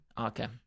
Okay